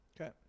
Okay